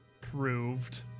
proved